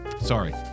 Sorry